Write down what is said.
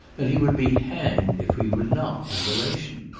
and he would be hanged if he were not in relation.